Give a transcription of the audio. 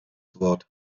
wort